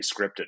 scripted